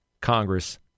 Congress